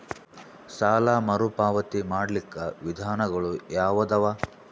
ಸಾಲ ಮರುಪಾವತಿ ಮಾಡ್ಲಿಕ್ಕ ವಿಧಾನಗಳು ಯಾವದವಾ?